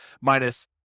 Minus